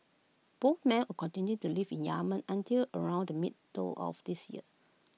both men would continue to live in Yemen until around the middle of last year